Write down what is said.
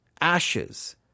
ashes